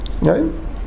right